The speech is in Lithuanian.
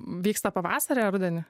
vyksta pavasarį ar rudenį